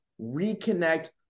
reconnect